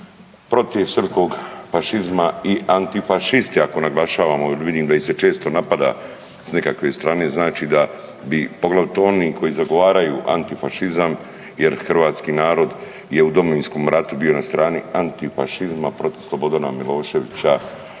protiv srpskog fašizma i antifašisti ako naglašavamo, vidim da ih se često napada s nekakve strane znači da bi poglavito oni koji zagovaraju antifašizam jer hrvatski narod je u Domovinskom ratu bio na strani antifašizma protiv Slobodana Miloševića